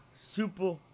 Super